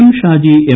M Shaji M